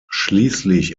schließlich